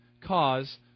cause